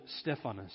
Stephanus